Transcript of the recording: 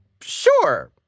sure